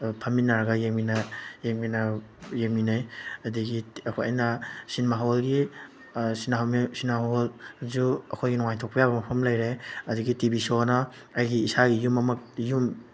ꯐꯝꯃꯤꯟꯅꯔꯒ ꯌꯦꯡꯃꯤꯟꯅꯩ ꯑꯗꯒꯤ ꯑꯩꯈꯣꯏ ꯑꯩꯅ ꯁꯤꯅꯦꯃꯥ ꯍꯣꯜꯒꯤ ꯁꯤꯅꯦꯃꯥ ꯍꯣꯜꯁꯨ ꯑꯩꯈꯣꯏꯒꯤ ꯅꯨꯡꯉꯥꯏꯊꯣꯛꯄ ꯌꯥꯕ ꯃꯐꯝ ꯂꯩꯔꯦ ꯑꯗꯒꯤ ꯇꯤ ꯚꯤ ꯁꯣꯅ ꯑꯩꯒꯤ ꯏꯁꯥꯒꯤ ꯌꯨꯝ ꯑꯃ ꯌꯨꯝ